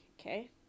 okay